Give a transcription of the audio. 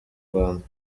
rwanda